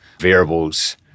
variables